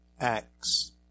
acts